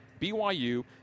BYU